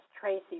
Tracy